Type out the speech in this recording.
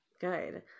Good